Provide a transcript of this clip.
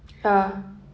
ya